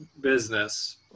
business